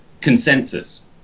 consensus